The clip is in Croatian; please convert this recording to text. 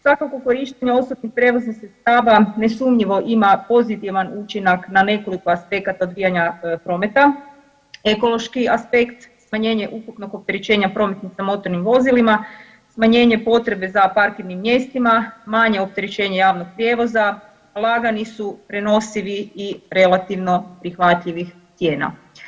Svakako korištenje osobnih prijevoznih sredstava nesumnjivo ima pozitivan učinak na nekoliko aspekta odvijanja prometa, ekološki aspekt, smanjenje ukupnog opterećenja prometnih i motornim vozilima, smanjenje potrebe za parkirnim mjestima, manje opterećenje javnog prijevoza, lagani su, prenosivi i relativno prihvatljivih cijena.